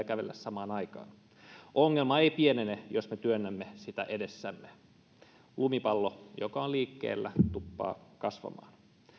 kävellä samaan aikaan ongelma ei pienene jos me työnnämme sitä edessämme lumipallo joka on liikkeellä tuppaa kasvamaan